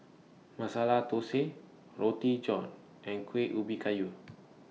Masala Thosai Roti John and Kueh Ubi Kayu